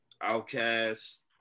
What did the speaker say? Outcast